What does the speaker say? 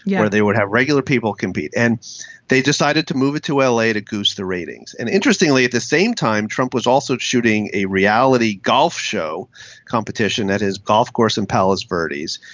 yeah they would have regular people compete and they decided to move to l a. to goose the ratings. and interestingly at the same time trump was also shooting a reality golf show competition at his golf course and palace birdies.